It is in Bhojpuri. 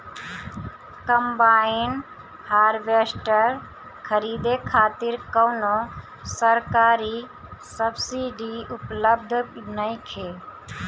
कंबाइन हार्वेस्टर खरीदे खातिर कउनो सरकारी सब्सीडी उपलब्ध नइखे?